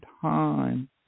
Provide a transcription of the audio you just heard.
time